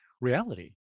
reality